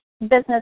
business